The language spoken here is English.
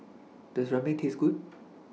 Does Ramen Taste Good